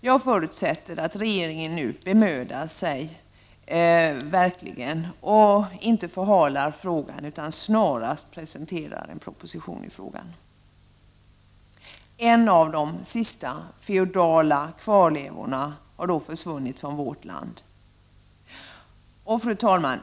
Jag förutsätter att regeringen nu verkligen bemödar sig och inte förhalar frågan utan snarast presenterar en proposition i riksdagen. En av de sista feodala kvarlevorna har då försvunnit från vårt land. Fru talman!